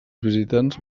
visitants